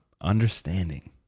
understanding